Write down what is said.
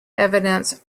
evidence